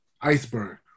iceberg